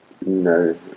No